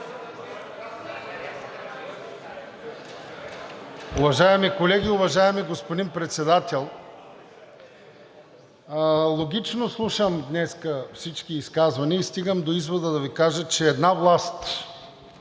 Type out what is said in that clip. Уважаеми колеги, уважаеми господин Председател! Логично слушам днес всички изказвания и стигам до извода да Ви кажа, че една власт,